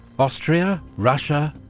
austria, russia,